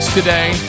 today